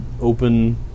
open